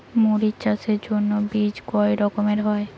মরিচ চাষের জন্য বীজ কয় রকমের হয়?